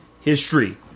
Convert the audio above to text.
history